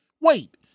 Wait